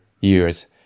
years